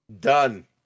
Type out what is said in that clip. Done